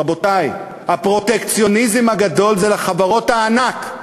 רבותי, הפרוטקציוניזם הגדול זה לחברות הענק,